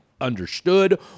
understood